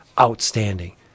outstanding